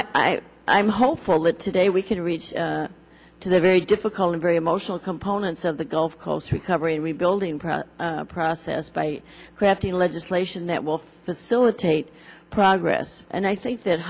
i i'm hopeful that today we can reach to the very difficult and very emotional components of the gulf coast recovery rebuilding process process by crafting legislation that will facilitate progress and i think that